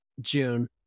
June